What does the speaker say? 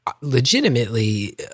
legitimately